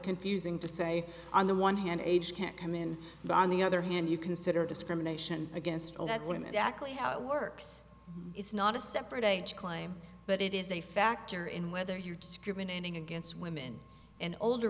confusing to say on the one hand age can't come in but on the other hand you consider discrimination against women actually how it works it's not a separate claim but it is a factor in whether you're discriminating against women and older